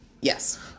Yes